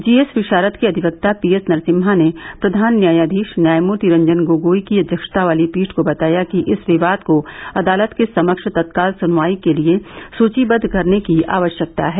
GS Visharad के अधिवक्ता P S Narasimha ने प्रधान न्यायधीश न्यायमूर्ति रंजन गोगोई की अध्यक्षता वाली पीठ को बताया कि इस विवाद को अदालत के समक्ष तत्काल सुनवाई के लिए सूचीबद्ध करने की आवश्यकता है